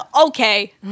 Okay